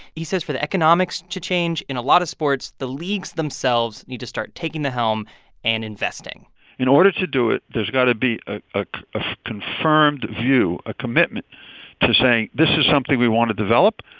he says, for the economics to change, in a lot of sports, the leagues themselves need to start taking the helm and investing in order to do it, there's got to be ah ah a confirmed view, a commitment to saying, this is something we want to develop.